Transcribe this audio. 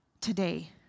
today